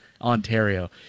Ontario